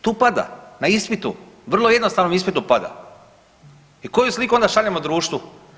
Tu pada na ispitu, vrlo jednostavnom ispitu pada i koju sliku onda šaljemo društvu?